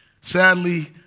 Sadly